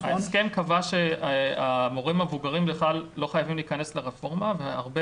ההסכם קבע שהמורים המבוגרים לא חייבים להיכנס לרפורמה והרבה